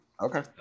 Okay